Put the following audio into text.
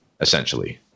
essentially